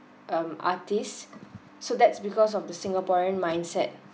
um artist so that's because of the singaporean mindset